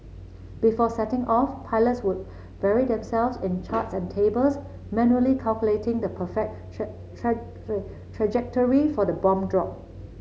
before setting off pilots would bury themselves in charts and tables manually calculating the perfect try try trajectory for the bomb drop